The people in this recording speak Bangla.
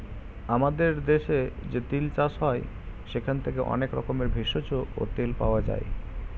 আমাদের দেশে যে তিল চাষ হয় সেখান থেকে অনেক রকমের ভেষজ ও তেল পাওয়া যায়